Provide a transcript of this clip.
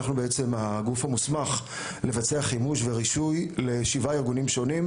אנחנו בעצם הגוף המוסמך לבצע חימוש ורישוי לשבעה ארגונים שונים,